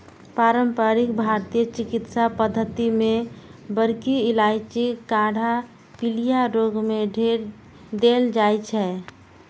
पारंपरिक भारतीय चिकित्सा पद्धति मे बड़की इलायचीक काढ़ा पीलिया रोग मे देल जाइ छै